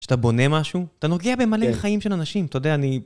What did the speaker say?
כשאתה בונה משהו, אתה נוגע במלא חיים של אנשים, אתה יודע, אני...